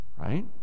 Right